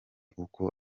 uko